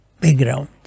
background